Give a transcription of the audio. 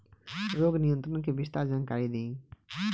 रोग नियंत्रण के विस्तार जानकारी दी?